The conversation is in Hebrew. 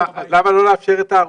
למה לא לאפשר את הארוחה?